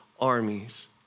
armies